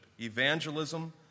Evangelism